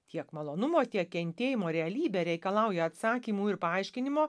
tiek malonumo tiek kentėjimo realybė reikalauja atsakymų ir paaiškinimo